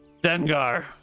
Dengar